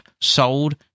sold